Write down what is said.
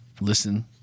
Listen